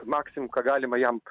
maksim ką galima jam